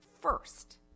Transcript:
first